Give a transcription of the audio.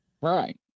Right